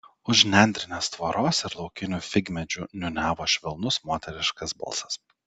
už nendrinės tvoros ir laukinių figmedžių niūniavo švelnus moteriškas balsas